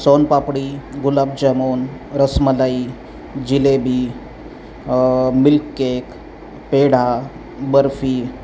soan papdi gulab jamun rasmalai jalebi milk cake peda barfi